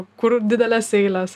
kur didelės eilės